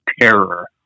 terror